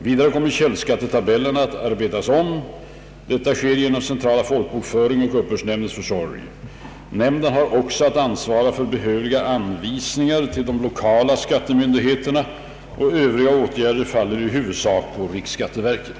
Vidare kommer källskattetabellerna att arbetas om. Detta sker genom centrala folkbokföringsoch uppbördsnämndens försorg. Nämnden har också att ansvara för behövliga anvisningar till de lokala skattemyndigheterna. Övriga åtgärder faller i huvudsak på riksskatteverket.